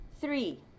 Three